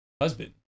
husband